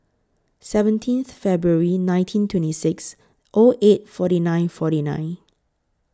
seventeenth February nineteen twenty six O eight forty nine forty nine